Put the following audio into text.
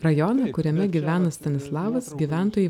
rajoną kuriame gyvena stanislavas gyventojai